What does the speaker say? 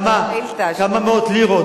כמה מאות לירות,